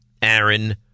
Aaron